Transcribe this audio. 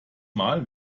mal